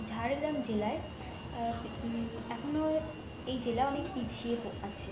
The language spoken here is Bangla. ঝাড়গ্রাম জেলায় এখনো এই জেলা অনেক পিছিয়ে পো আছে